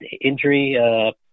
injury